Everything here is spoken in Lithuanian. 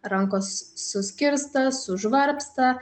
rankos suskirsta sužvarbsta